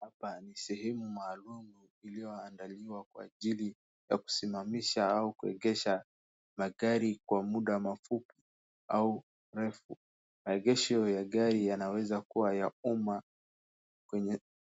Hapa ni sehemu maalumu iliyoandaliwa kwa ajili ya kusimamisha au kuegesha magari kwa muda mafupi au refu. Maegesho ya gari yanaweza kuwa ya uma